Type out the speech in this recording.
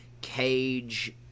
cage